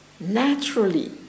naturally